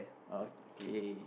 okay